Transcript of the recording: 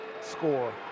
score